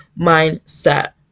mindset